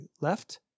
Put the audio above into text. left